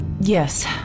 Yes